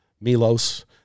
Milos